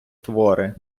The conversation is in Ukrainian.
твори